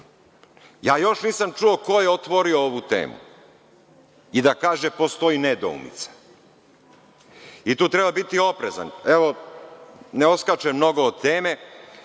Ja još nisam čuo ko je otvorio ovu temu i da kaže – postoji nedoumicu. Tu treba biti oprezan. Evo, ne odskačem mnogo od teme.